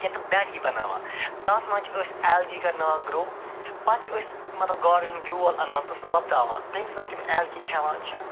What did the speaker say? یا تِم بیگ ہی بناوان تَتھ منٛز چھِ أسۍ اٮ۪لگی کَرناوان گرٛو پتہٕ چھِ أسۍ مطلب گاڈَن ہُنٛد بیول اَنان تہٕ سُہ وۄپداوان تَمہِ سۭتۍ یِم اٮ۪لگی کھٮ۪وان چھِ